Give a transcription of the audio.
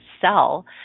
sell